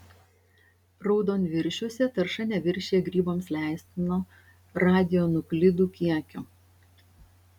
raudonviršiuose tarša neviršija grybams leistino radionuklidų kiekio